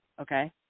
Okay